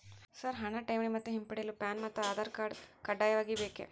Sir ಹಣ ಠೇವಣಿ ಮತ್ತು ಹಿಂಪಡೆಯಲು ಪ್ಯಾನ್ ಮತ್ತು ಆಧಾರ್ ಕಡ್ಡಾಯವಾಗಿ ಬೇಕೆ?